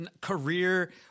career